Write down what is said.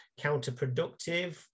counterproductive